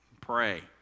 pray